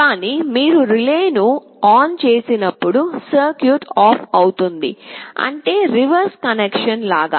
కానీ మీరు రిలే ను ఆన్ చేసినప్పుడు సర్క్యూట్ ఆఫ్ అవుతుంది అంటే రివర్స్ కన్వెన్షన్ లాగా